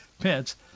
Pence